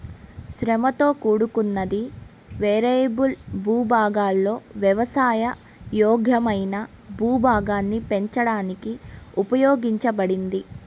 శ్రమతో కూడుకున్నది, వేరియబుల్ భూభాగాలలో వ్యవసాయ యోగ్యమైన భూభాగాన్ని పెంచడానికి ఉపయోగించబడింది